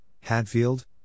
Hadfield